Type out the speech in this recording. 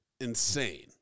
insane